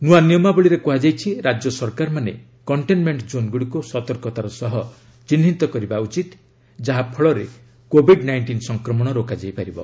ନୃଆ ନିୟମାବଳୀରେ କୁହାଯାଇଛି ରାଜ୍ୟସରକାରମାନେ କଣ୍ଟେନମେଣ୍ଟ ଜୋନ୍ଗୁଡ଼ିକୁ ସତର୍କତାର ସହ ଚିହ୍ନିତ କରିବା ଉଚିତ ଯାହାଫଳରେ କୋଭିଡ୍ ନାଇଣ୍ଟିନ୍ ସଂକ୍ରମଣ ରୋକାଯାଇ ପାରିବ